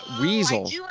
weasel